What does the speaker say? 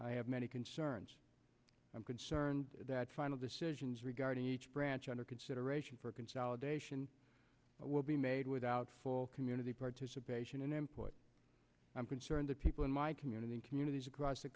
i have many concerns i'm concerned that final decisions regarding each branch under consideration for consolidation will be made without full community participation in important i'm concerned that people in my community in communities across the